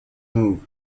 move